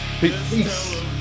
Peace